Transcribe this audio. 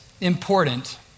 important